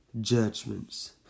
judgments